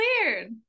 weird